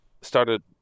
started